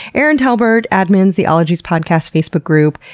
erin talbert admins the ologies podcast facebook group.